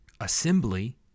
assembly